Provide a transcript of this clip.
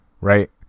Right